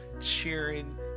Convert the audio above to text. cheering